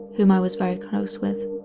whom i was very close with.